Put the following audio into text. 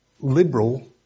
liberal